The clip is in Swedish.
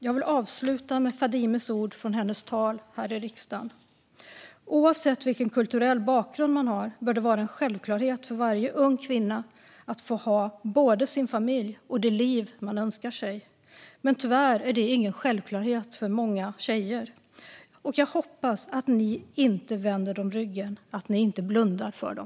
Jag vill avsluta med Fadimes ord från hennes tal här i riksdagen: Oavsett vilken kulturell bakgrund man har bör det vara en självklarhet för varje ung kvinna att både få ha sin familj och det liv man önskar sig. Men tyvärr är det ingen självklarhet för många tjejer. Och jag hoppas att ni inte vänder dem ryggen, att ni inte blundar för dem.